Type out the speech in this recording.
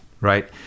right